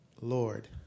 Lord